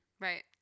right